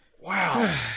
Wow